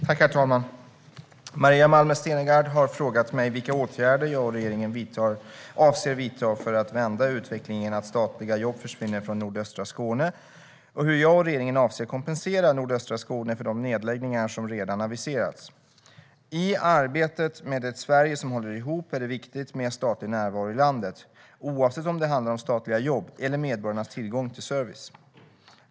Herr talman! Maria Malmer Stenergard har frågat mig vilka åtgärder jag och regeringen avser att vidta för att vända utvecklingen att statliga jobb försvinner från nordöstra Skåne och hur jag och regeringen avser att kompensera nordöstra Skåne för de nedläggningar som redan aviserats. I arbetet med ett Sverige som håller ihop är det viktigt med statlig närvaro i landet, oavsett om det handlar om statliga jobb eller medborgarnas tillgång till service.